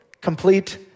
complete